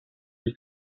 you